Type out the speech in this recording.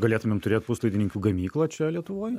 galėtumėm turėt puslaidininkių gamyklą čia lietuvoj